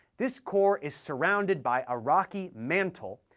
this core is surrounded by a rocky mantle,